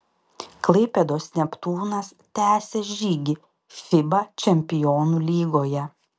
klaipėdos neptūnas tęsia žygį fiba čempionų lygoje